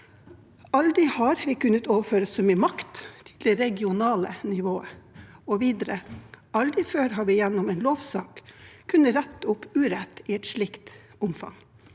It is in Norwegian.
Aldri har vi kunnet overføre så mye makt til det regionale nivået.» Videre sa han: «Aldri før har vi gjennom en lovsak kunnet rette opp urett i et slikt omfang.»